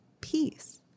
peace